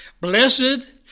Blessed